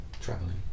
traveling